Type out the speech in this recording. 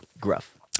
Gruff